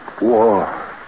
war